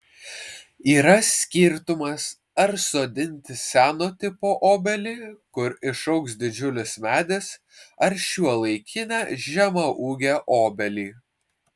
yra skirtumas ar sodinti seno tipo obelį kur išaugs didžiulis medis ar šiuolaikinę žemaūgę obelį